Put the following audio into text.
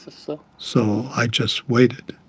ah so so i just waited